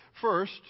First